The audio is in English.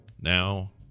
Now